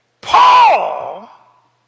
Paul